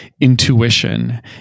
intuition